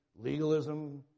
legalism